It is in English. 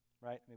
right